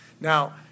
Now